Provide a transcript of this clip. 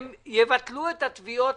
אני מנהל את העסק יופי.